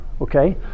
okay